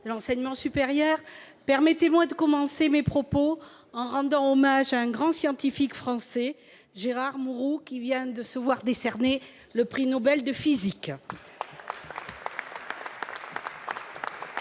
de l'innovation. Permettez-moi de commencer mon propos en rendant hommage à un grand scientifique français, Gérard Mourou, qui vient de se voir décerner le prix Nobel de physique.